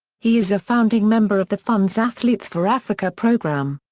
he is a founding member of the fund's athletes for africa program.